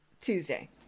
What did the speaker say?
Tuesday